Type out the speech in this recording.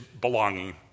belonging